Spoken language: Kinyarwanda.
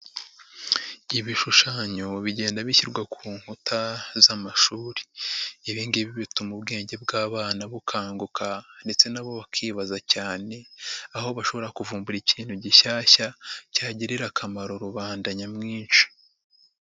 Ibishushanyo bigenda bishyirwa ku nkuta z'amashuri. Ibi ngibi bituma ubwenge bw'abana bukanguka ndetse na bo bakibaza cyane, aho bashobora kuvumbura ikintu gishyashya cyagirira akamaro rubanda nyamwinshi.